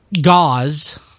gauze